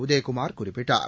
உதயகுமார் குறிப்பிட்டார்